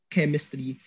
chemistry